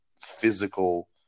physical